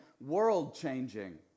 world-changing